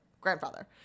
Grandfather